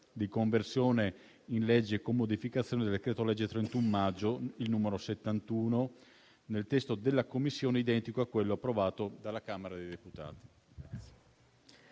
Grazie